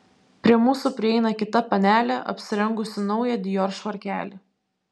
prie mūsų prieina kita panelė apsirengusi naują dior švarkelį